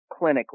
clinically